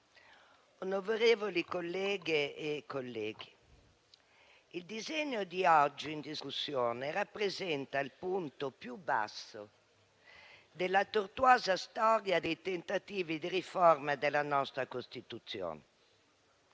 onorevoli colleghe e colleghi, che il disegno di legge in discussione oggi rappresenta il punto più basso della tortuosa storia dei tentativi di riforma della nostra Costituzione.